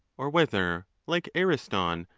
or whether, like ariston,